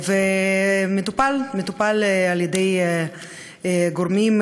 הוא מטופל על-ידי גורמים,